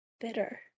bitter